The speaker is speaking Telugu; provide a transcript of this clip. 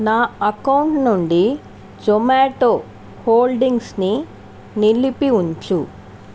నా అకౌంట్ నుండి జొమాటో హోల్డింగ్స్ని నిలిపి ఉంచు